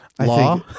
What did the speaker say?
Law